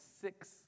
six